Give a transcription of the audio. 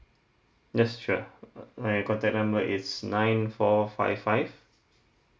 yes sure my contact number is nine four five five